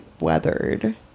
weathered